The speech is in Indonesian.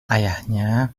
ayahnya